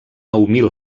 humil